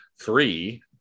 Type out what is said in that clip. three